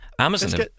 Amazon